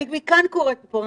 אני מכאן קוראת פה,